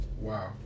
Wow